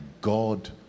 God